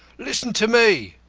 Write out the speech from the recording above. listen to me.